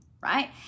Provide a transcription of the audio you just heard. right